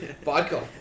vodka